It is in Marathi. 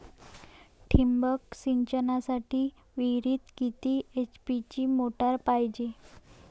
ठिबक सिंचनासाठी विहिरीत किती एच.पी ची मोटार पायजे?